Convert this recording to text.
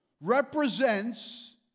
represents